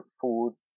food